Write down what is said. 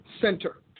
center